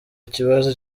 kibazo